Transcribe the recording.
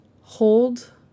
hold